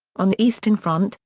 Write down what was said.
on the eastern front,